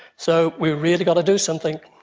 so we've really got to do something.